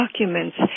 documents